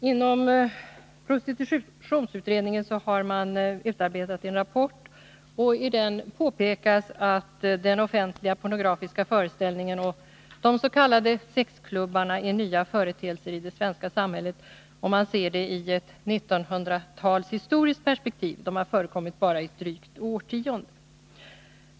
Herr talman! Inom prostitutionsutredningen har man utarbetat en rapport, och i den påpekas att den offentliga pornografiska föreställningen och de s.k. sexklubbarna är nya företeelser i det svenska samhället, om man ser dem i ett 1900-talshistoriskt perspektiv; de har förekommit bara ett drygt årtionde.